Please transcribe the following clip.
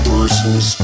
Persons